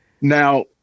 now